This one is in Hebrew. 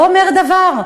לא אומר דבר.